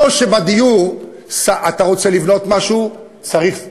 לא שבדיור, אתה רוצה לבנות משהו: צריך ביוב,